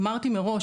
אמרתי מראש,